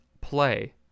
play